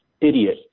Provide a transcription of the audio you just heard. idiot